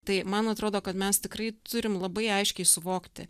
tai man atrodo kad mes tikrai turim labai aiškiai suvokti